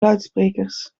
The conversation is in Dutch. luidsprekers